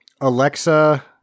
Alexa